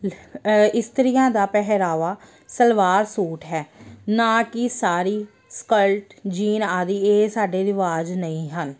ਇਸਤਰੀਆਂ ਦਾ ਪਹਿਰਾਵਾ ਸਲਵਾਰ ਸੂਟ ਹੈ ਨਾ ਕਿ ਸਾੜੀ ਸਕਲਟ ਜੀਨ ਆਦਿ ਇਹ ਸਾਡੇ ਰਿਵਾਜ਼ ਨਹੀਂ ਹਨ